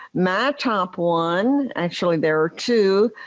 my top one. actually there are two,